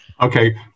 Okay